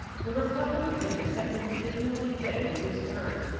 the republic of venice had been signally indebted to his courage,